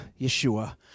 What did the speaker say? Yeshua